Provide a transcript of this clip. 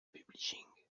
publishing